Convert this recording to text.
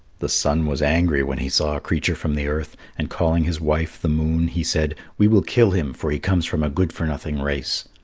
the sun was angry when he saw a creature from the earth, and calling his wife, the moon, he said, we will kill him, for he comes from a good-for-nothing race.